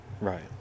right